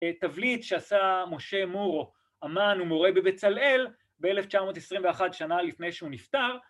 ‫תבליט שעשה משה מורו, ‫אמן ומורה בבצלאל, ‫ב-1921, שנה לפני שהוא נפטר.